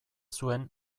zuen